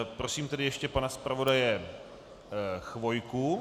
Prosím tedy ještě pana zpravodaje Chvojku.